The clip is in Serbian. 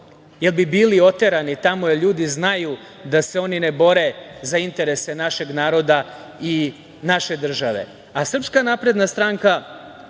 jer bi bili oterani. Tamo ljudi znaju da se oni ne bore za interese našeg naroda i naše države. Srpska napredna stranka